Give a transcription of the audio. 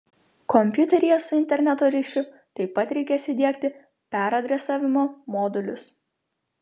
kompiuteryje su interneto ryšiu taip pat reikės įdiegti peradresavimo modulius